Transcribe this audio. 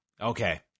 Okay